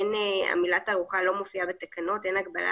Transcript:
המילה "תערוכה" לא מופיעה בתקנות ואין הגבלה